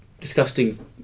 disgusting